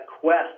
quest